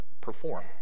perform